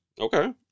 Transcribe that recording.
okay